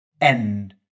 end